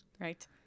right